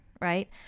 right